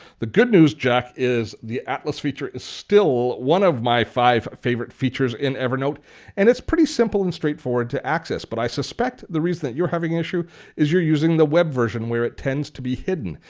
the good news, jack, is the atlas feature is still one of my five favourite features in evernote and it's pretty simple and straightforward to access. but i suspect the reason why you're having an issue is you're using the web version where it tends to be hidden.